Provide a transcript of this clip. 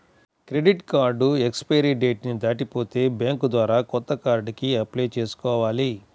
credit card expiry date ని దాటిపోతే bank ద్వారా కొత్త కార్డుకి అప్లై చేసుకోవాలి